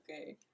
Okay